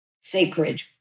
sacred